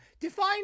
Define